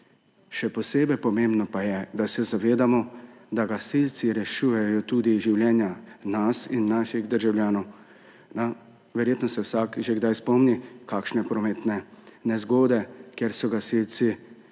Še posebej pomembno pa je, da se zavedamo, da gasilci rešujejo tudi življenja nas in naših državljanov. Verjetno se vsak že kdaj spomni kakšne prometne nezgode, kjer so gasilci razrezali